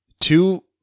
two